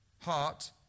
heart